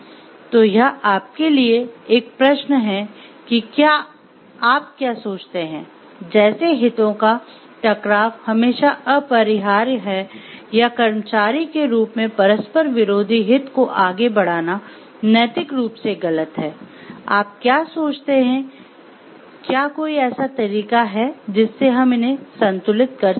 तो यह आपके लिए एक प्रश्न है कि आप क्या सोचते हैं जैसे हितों का टकराव हमेशा अपरिहार्य है या कर्मचारी के रूप में परस्पर विरोधी हित को आगे बढ़ाना नैतिक रूप से गलत है आप क्या सोचते हैं क्या कोई ऐसा तरीका है जिससे हम इन्हें संतुलित कर सकते हैं